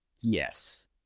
Yes